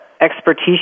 expertise